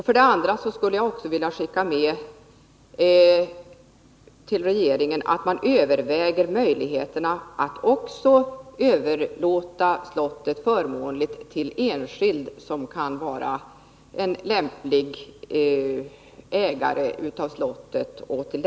För det andra vill jag också skicka med till regeringen att den skall överväga möjligheterna att överlåta slottet förmånligt till någon enskild som kan vara en lämplig ägare eller brukare av slottet.